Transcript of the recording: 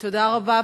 תודה רבה.